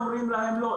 אומרים להם לא,